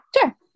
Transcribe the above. Sure